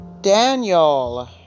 Daniel